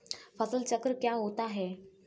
फसल चक्र क्या होता है?